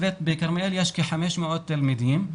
בכרמיאל יש כ-500 תלמידים,